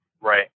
Right